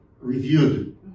reviewed